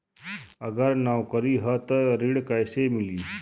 अगर नौकरी ह त ऋण कैसे मिली?